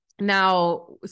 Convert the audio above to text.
now